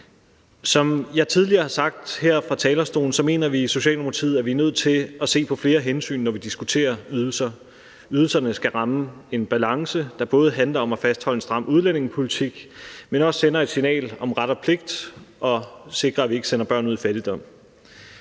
Som jeg tidligere har sagt her fra talerstolen, mener vi i Socialdemokratiet, at vi er nødt til at se på flere hensyn, når vi diskuterer ydelser. Ydelserne skal ramme en balance, der både handler om at fastholde en stram udlændingepolitik, men som også sender et signal om ret og pligt samt sikrer, at vi ikke sender børn ud i fattigdom.